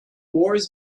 wars